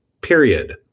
period